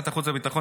הצעת חוק של